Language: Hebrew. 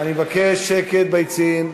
אני מבקש שקט ביציעים.